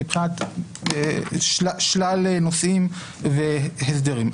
מבחינת שלל נושאים והסדרים.